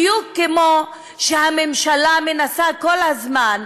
בדיוק כמו שהממשלה מנסה כל הזמן,